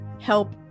help